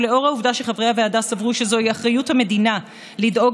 ולאור העובדה שחברי הוועדה סברו שזוהי אחריות המדינה לדאוג